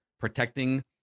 protecting